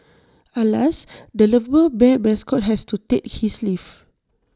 alas the lovable bear mascot has to take his leave